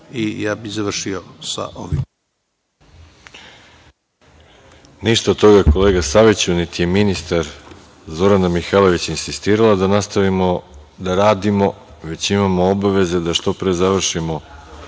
i ja bih završio sa ovim.